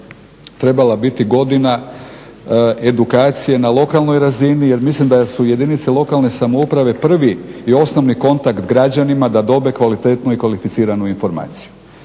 trebala biti godina edukacije na lokalnoj razini jer mislim da su jedinice lokalne samouprave prvi i osnovni kontakt građanima da dobe kvalitetnu i kvalificiranu informaciju.